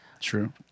True